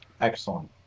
Excellent